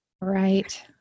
right